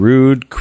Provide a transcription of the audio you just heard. Rude